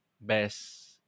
best